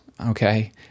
okay